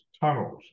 tunnels